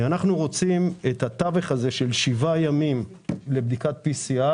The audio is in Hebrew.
אנחנו רוצים את התווך הזה של שבעה ימים לבדיקת PCR,